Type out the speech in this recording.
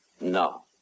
No